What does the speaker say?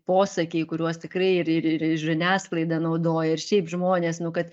posakiai kuriuos tikrai ir ir ir ir žiniasklaida naudoja ir šiaip žmonės nu kad